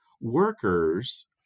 workers